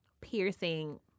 piercing